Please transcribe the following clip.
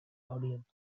audience